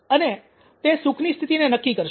અને તે સુખની સ્થિતિને નક્કી કરશે